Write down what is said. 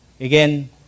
Again